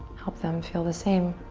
help them feel the same.